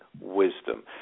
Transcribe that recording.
wisdom